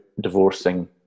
divorcing